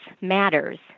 matters